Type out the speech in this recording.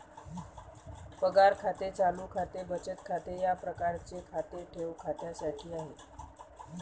पगार खाते चालू खाते बचत खाते या प्रकारचे खाते ठेव खात्यासाठी आहे